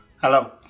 Hello